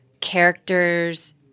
characters